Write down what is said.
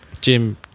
Jim